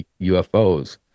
UFOs